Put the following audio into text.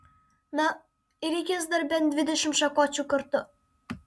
na ir reikės dar bent dvidešimt šakočių kartu